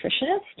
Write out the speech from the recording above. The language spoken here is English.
nutritionist